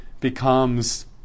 becomes